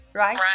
right